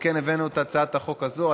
על כן הבאנו את הצעת החוק הזאת,